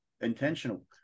intentional